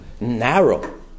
narrow